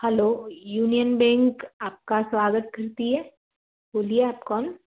hello Union Bank आपका स्वागत करती हैं बोलिए आप कौन